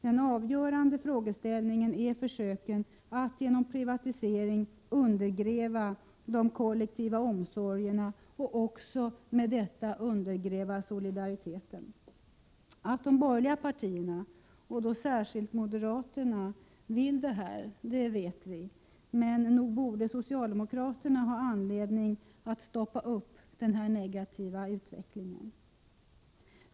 Den avgörande frågeställningen är försöken att genom privatisering undergräva de kollektiva omsorgerna och därmed också undergräva solidariteten. Att de borgerliga partierna — särskilt moderaterna — vill detta, det vet vi, men nog borde socialdemokraterna ha anledning att stoppa den negativa utvecklingen.